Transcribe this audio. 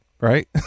right